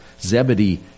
Zebedee